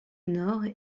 nord